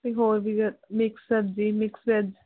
ਅਤੇ ਹੋਰ ਵੀ ਹੈ ਮਿਕਸ ਸਬਜ਼ੀ ਮਿਕਸ ਵੈੱਜ